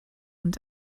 into